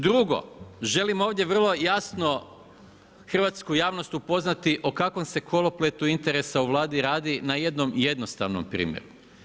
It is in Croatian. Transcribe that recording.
Drugo, želim ovdje vrlo jasno hrvatsku javnost upoznati o kakvom se kolopletu interesa u Vladi radi na jednom jednostavnom primjeru.